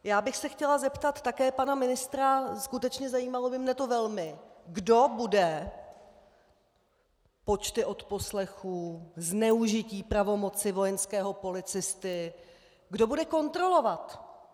Chtěla bych se zeptat také pana ministra, skutečně, zajímalo by mě to velmi, kdo bude počty odposlechů, zneužití pravomoci vojenského policisty, kdo bude kontrolovat?